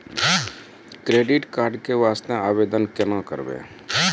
Credit card के वास्ते आवेदन केना करबै?